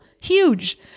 huge